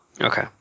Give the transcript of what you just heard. Okay